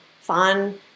fun